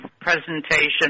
presentation